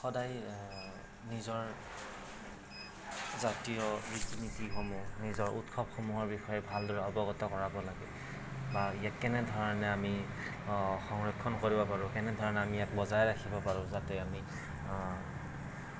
সদায় নিজৰ জাতীয় ৰীতি নীতিসমূহ নিজৰ উৎসৱসমূহৰ বিষয়ে ভালদৰে অৱগত কৰাব লাগে বা ইয়াক কেনে ধৰণে আমি সংৰক্ষণ কৰিব পাৰোঁ কেনে ধৰণে আমি ইয়াক বজাই ৰাখিব পাৰোঁ যাতে আমি